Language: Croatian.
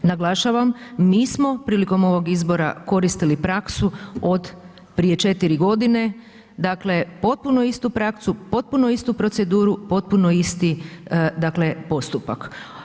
Naglašavam, mi smo prilikom ovog izbora koristili praksu od prije 4 g. dakle potpuno istu praksu, potpuno istu proceduru, potpuno isti postupak.